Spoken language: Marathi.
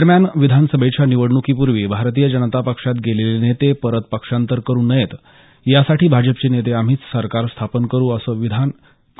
दरम्यान विधानसभेच्या निवडणूकीपूर्वी भारतीय जनता पक्षात गेलेले नेते परत पक्षांतर करु नयेत यासाठी भाजपाचे नेते आम्हीच सरकार स्थापन करू असं विधान